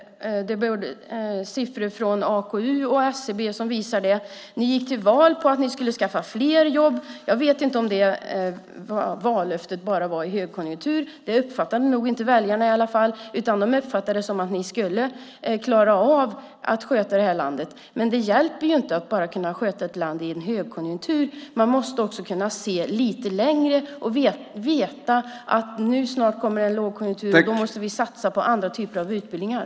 Siffror från AKU och SCB visar det. Ni gick till val på att ni skulle skaffa fler jobb. Jag vet inte om det vallöftet bara gällde i högkonjunktur. Det uppfattade nog inte väljarna i alla fall. De uppfattade det så att ni skulle klara av att sköta det här landet. Men det hjälper inte att bara kunna sköta ett land i en högkonjunktur. Man måste också kunna se lite längre och veta att nu snart kommer en lågkonjunktur, och då måste vi satsa på andra typer av utbildningar.